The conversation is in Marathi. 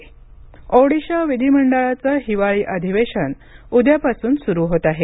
ओडिशा अधिवेशन ओडिशा विधिमंडळाचं हिवाळी अधिवेशन उद्यापासून सुरू होत आहे